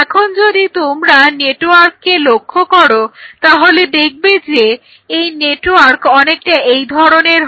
এখন যদি তোমরা নেটওয়ার্ককে লক্ষ্য করো তাহলে দেখবে যে এই নেটওয়ার্ক অনেকটা এই ধরনের হয়